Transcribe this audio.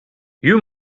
you